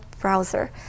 browser